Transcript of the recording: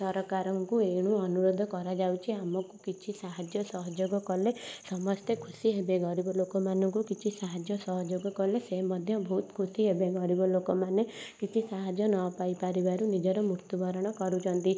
ସରକାରଙ୍କୁ ଏଣୁ ଅନୁରୋଧ କରାଯାଉଛି ଆମକୁ କିଛି ସାହାଯ୍ୟ ସହଯୋଗ କଲେ ସମସ୍ତେ ଖୁସି ହେବେ ଗରିବ ଲୋକମାନଙ୍କୁ କିଛି ସାହାଯ୍ୟ ସହଯୋଗ କଲେ ସେ ମଧ୍ୟ ବହୁତ ଖୁସି ହେବେ ଗରିବ ଲୋକମାନେ କିଛି ସାହାଯ୍ୟ ନ ପାଇପାରିବାରୁ ନିଜର ମୃତ୍ୟୁ ବରଣ କରୁଛନ୍ତି